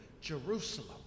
Jerusalem